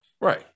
Right